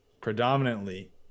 predominantly